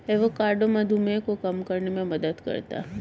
avocado मधुमेह को कम करने में मदद करता है